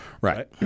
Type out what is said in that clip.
Right